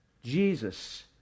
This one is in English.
Jesus